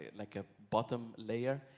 like a bottom layer.